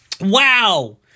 Wow